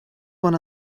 one